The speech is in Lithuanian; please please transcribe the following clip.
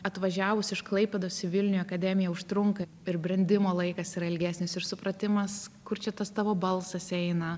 atvažiavus iš klaipėdos į vilnių į akademiją užtrunka ir brendimo laikas yra ilgesnis ir supratimas kur čia tas tavo balsas eina